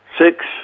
six